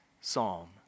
psalm